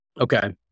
Okay